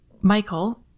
Michael